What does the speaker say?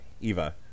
Eva